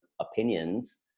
opinions